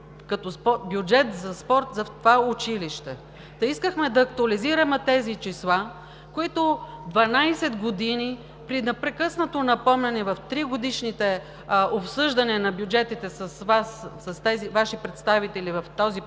за бюджет за спорт – това е училище. Та, искахме да актуализираме тези числа, които 12 години при непрекъснато напомняне в 3 годишните обсъждания на бюджетите с Вашите представители в парламента,